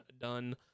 done